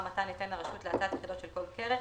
מתן היתר הרשות להצעת יחידות של כל קרן,